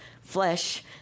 flesh